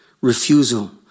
refusal